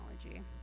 technology